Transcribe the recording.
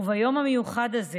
וביום המיוחד הזה